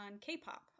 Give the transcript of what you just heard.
K-pop